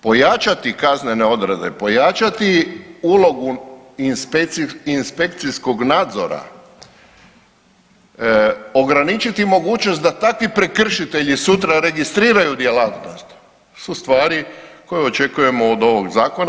Pojačati kaznene odredbe, pojačati ulogu inspekcijskog nadzora, ograničiti mogućnost da takvi prekršitelji sutra registriraju djelatnost su stvari koje očekujemo od ovog zakona.